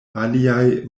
aliaj